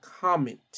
comment